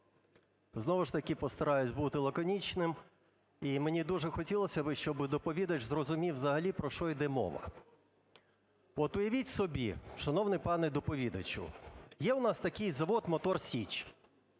Знову ж таки постараюсь бути лаконічним. І мені дуже хотілося б, щоб доповідач зрозумів взагалі, про що йде мова. От уявіть собі, шановний пане доповідачу, є у нас такий завод "Мотор Січ",